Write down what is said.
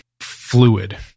fluid